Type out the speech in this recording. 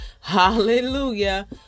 Hallelujah